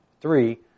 three